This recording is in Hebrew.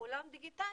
לעולם דיגיטלי?